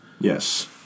yes